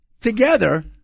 Together